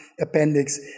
appendix